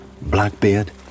Blackbeard